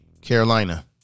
Carolina